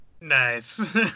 Nice